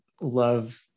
love